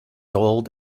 old